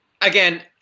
again